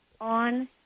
on